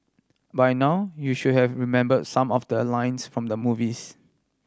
by now you should have remember some of the lines from the movies